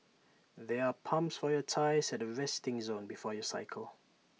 there are pumps for your tyres at the resting zone before you cycle